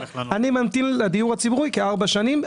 אני ממתין לדיור הציבורי כארבע שנים.